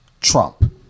Trump